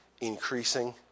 increasing